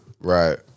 Right